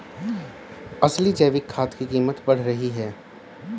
असली जैविक खाद की कीमत बढ़ रही है